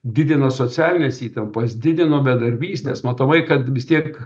didino socialines įtampas didino bedarbystes matomai kad vis tiek